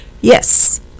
yes